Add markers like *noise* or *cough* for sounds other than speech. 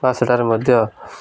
*unintelligible* ମଧ୍ୟ